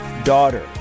daughter